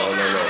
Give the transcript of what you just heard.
לא, לא, לא, לא.